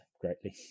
greatly